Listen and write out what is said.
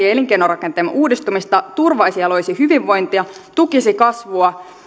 ja elinkeinorakenteemme uudistumista turvaisi ja loisi hyvinvointia tukisi kasvua